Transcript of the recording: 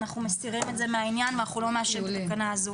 אנחנו מסירים את זה ולא נאשר את התקנה הזו.